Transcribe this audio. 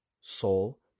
soul